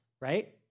right